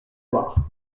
loire